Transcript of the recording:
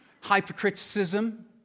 hypercriticism